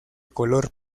color